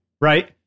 Right